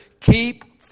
Keep